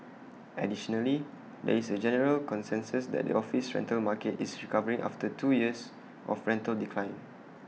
additionally there is A general consensus that the office rental market is recovering after two years of rental decline